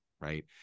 right